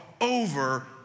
over